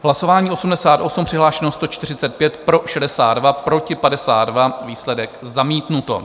Hlasování 88, přihlášeno 145, pro 62, proti 52, výsledek: zamítnuto.